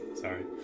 Sorry